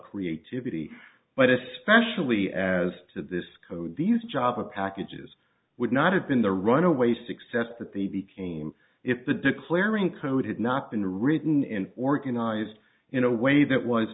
creativity but especially as to this code these joppa packages would not have been the runaway success that they became if the declaring code had not been written in organized in a way that was